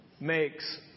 makes